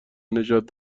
نژاد